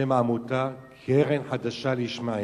שם העמותה: קרן חדשה לישמעאל,